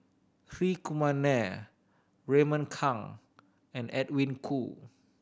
Hri Kumar Nair Raymond Kang and Edwin Koo